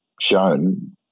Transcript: shown